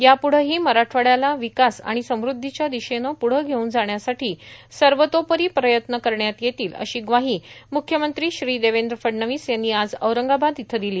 याप्ढंहो मराठवाड्याला र्वकास समृद्धीच्या र्दिशेनं प्ढं घेऊन जाण्यासाठों सर्वातोपरी प्रयत्न करण्यात येतील अशी ग्वाहो मुख्यमंत्री श्री देवद्र फडणवीस यांनी आज औरंगाबाद इथं दिली